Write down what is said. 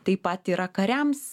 taip pat yra kariams